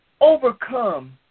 Overcome